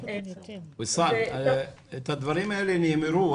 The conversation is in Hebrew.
ויסאל, הדברים האלה נאמרו.